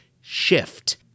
shift